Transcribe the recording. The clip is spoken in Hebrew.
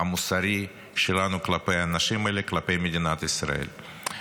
המוסרי שלנו כלפי האנשים האלה, כלפי מדינת ישראל.